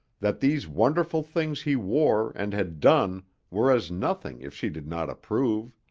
that these wonderful things he wore and had done were as nothing if she did not approve.